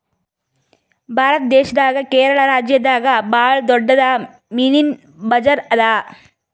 ಭಾರತ್ ದೇಶದಾಗೆ ಕೇರಳ ರಾಜ್ಯದಾಗ್ ಭಾಳ್ ದೊಡ್ಡದ್ ಮೀನಿನ್ ಬಜಾರ್ ಅದಾ